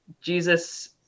Jesus